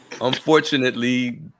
unfortunately